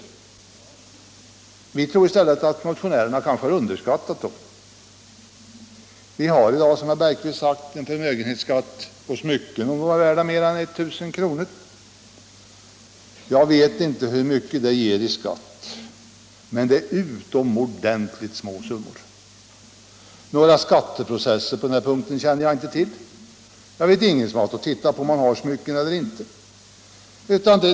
Min tro är att i stället motionärerna kanske har underskattat dem. Vi har i dag, som herr Bergqvist sagt, en förmögenhetsskatt på smycken som är värda mera än 1000 kr. Jag vet inte hur stora dessa skatteintäkter är, men det är utomordentligt små summor. Några skatteprocesser på denna punkt känner jag inte till. Jag känner inte till någon som har fått titta efter om skattebetalare har beskattningsbara smycken eller inte.